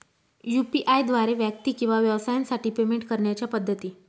UPI द्वारे व्यक्ती किंवा व्यवसायांसाठी पेमेंट करण्याच्या पद्धती